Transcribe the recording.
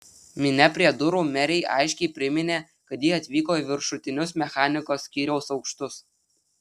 minia prie durų merei aiškiai priminė kad ji atvyko į viršutinius mechanikos skyriaus aukštus